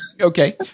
Okay